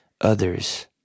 others